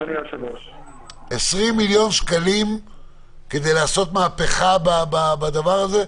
20 מיליון שקלים כדי לעשות מהפכה בדבר הזה?